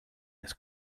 this